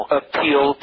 appeal